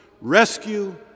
rescue